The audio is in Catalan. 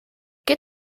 què